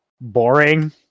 boring